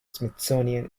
smithsonian